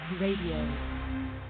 Radio